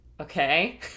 Okay